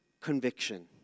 conviction